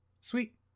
Sweet